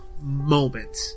moment